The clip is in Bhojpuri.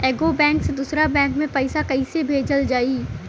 एगो बैक से दूसरा बैक मे पैसा कइसे भेजल जाई?